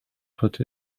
put